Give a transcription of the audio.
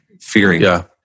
fearing